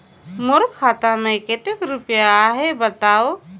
मोर खाता मे कतेक रुपिया आहे बताव?